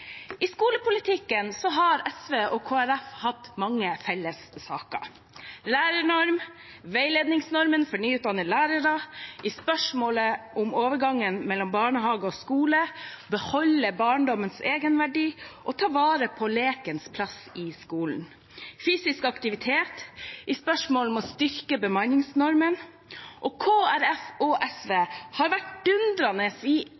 I skolepolitikken har SV og Kristelig Folkeparti hatt mange felles saker – lærernorm, veiledningsordning for nyutdannede lærere, i spørsmålet om overgang mellom barnehage og skole, om å beholde barndommens egenverdi og ta vare på lekens plass i skolen, om fysisk aktivitet og om å styrke bemanningsnormen. Og Kristelig Folkeparti og SV har vært dundrende uenig i